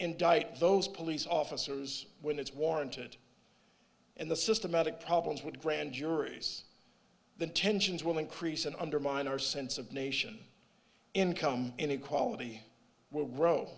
indict those police officers when it's warranted in the systematic problems with grand juries the tensions will increase and undermine our sense of nation income inequality